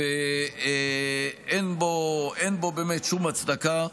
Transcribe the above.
אין בו באמת שום הצדקה,